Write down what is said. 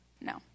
No